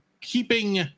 keeping